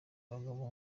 bagabo